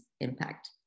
impact